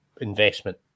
investment